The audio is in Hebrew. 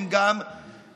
הן גם counterproductive.